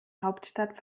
hauptstadt